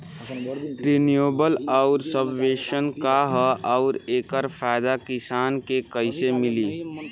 Renewable आउर subvention का ह आउर एकर फायदा किसान के कइसे मिली?